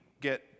get